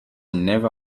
never